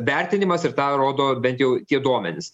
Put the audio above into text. vertinimas ir tą rodo bent jau tie duomenys